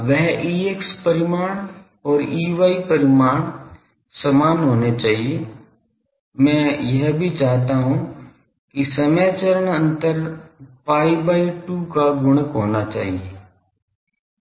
वह Ex परिमाण और Ey परिमाण समान होने चाहिए मैं यह भी चाहता हूं कि समय चरण अंतर pi by 2 का गुणक होना चाहिए